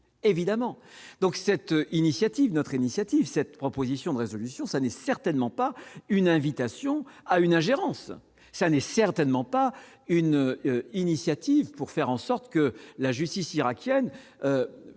évidemment donc cette initiative notre initiative, cette proposition de résolution, ça n'est certainement pas une invitation à une ingérence, ça n'est certainement pas une initiative pour faire en sorte que la justice irakienne